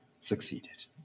succeeded